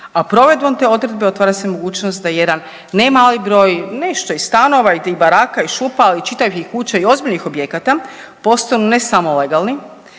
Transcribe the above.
a provedbom te odredbe otvara se mogućnost da jedan ne mali broj, nešto i stanova i tih baraka i šupa, ali i čitavih kuća i ozbiljnih objekata, postanu, ne samo legalni,